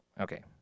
Okay